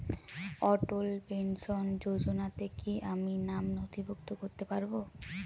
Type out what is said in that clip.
অটল pension যোজনাতে কি আমি নাম নথিভুক্ত করতে পারবো?